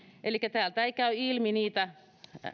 elikkä täältä ei käy ilmi niitä